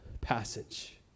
passage